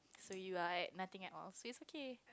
so you are at nothing at all so is okay